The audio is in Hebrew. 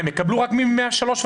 הם יקבלו רק מ-103%.